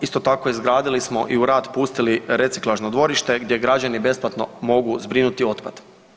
Isto tako, izradili smo i u rad pustili reciklažno dvorište gdje građani besplatno mogu zbrinuti otpad.